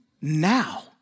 now